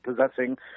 possessing